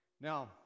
Now